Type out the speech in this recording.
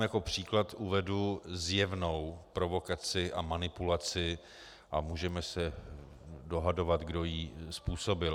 Jako příklad uvedu zjevnou provokaci a manipulaci a můžeme se dohadovat, kdo ji způsobil.